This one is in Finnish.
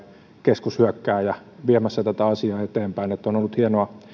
keskushyökkääjä viemässä tätä asiaa eteenpäin on ollut hienoa